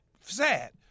sad